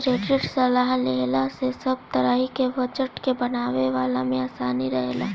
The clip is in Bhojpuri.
क्रेडिट सलाह लेहला से सब तरही के बजट के बनवला में आसानी रहेला